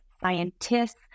scientists